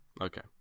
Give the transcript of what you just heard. Okay